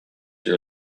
your